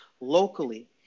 locally